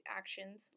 actions